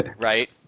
right